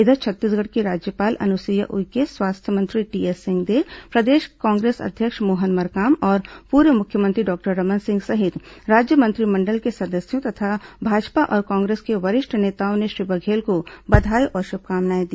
इधर छत्तीसगढ़ की राज्यपाल अनुसुईया उइके स्वास्थ्य मंत्री टीएस सिंहदेव प्रदेश कांग्रेस अध्यक्ष मोहन मरकाम और पूर्व मुख्यमंत्री डॉक्टर रमन सिंह सहित राज्य मंत्रिमंडल के सदस्यों तथा भाजपा और कांग्रेस के वरिष्ठ नेताओं ने श्री बघेल को बधाई और शुभकामनाएं दी हैं